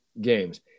games